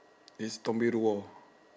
it's